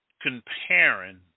comparing